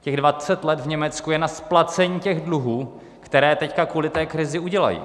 Těch dvacet let v Německu je na splacení těch dluhů, které teď kvůli té krizi udělají.